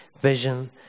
vision